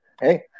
hey